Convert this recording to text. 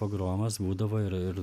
pogromas būdavo ir ir